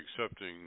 accepting